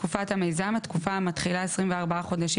" "תקופת המיזם" התקופה המתחילה 24 חודשים